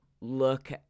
look